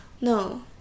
No